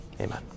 Amen